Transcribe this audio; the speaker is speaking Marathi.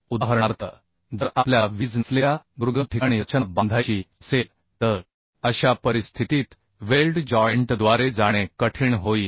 उदाहरणार्थ जर आपल्याला वीज नसलेल्या दुर्गम ठिकाणी रचना बांधायची असेल तर अशा परिस्थितीत वेल्ड जॉइंटद्वारे जाणे कठीण होईल